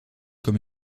comme